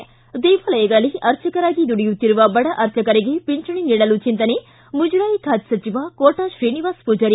ಿ ದೇವಾಲಯಗಳಲ್ಲಿ ಆರ್ಚಕರಾಗಿ ದುಡಿಯುತ್ತಿರುವ ಬಡ ಅರ್ಚಕರಿಗೆ ಖಂಚಣಿ ನೀಡಲು ಚಿಂತನೆ ಮುಜರಾಯಿ ಖಾತೆ ಸಚಿವ ಕೋಟಾ ಶ್ರೀನಿವಾಸ ಪೂಜಾರಿ